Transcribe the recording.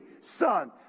son